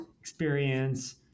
experience